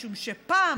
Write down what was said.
משום שפעם,